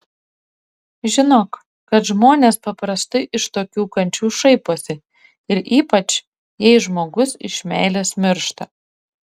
žinok kad žmonės paprastai iš tokių kančių šaiposi ir ypač jei žmogus iš meilės miršta